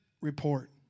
report